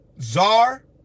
czar